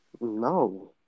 No